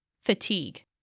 fatigue